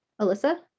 Alyssa